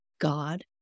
God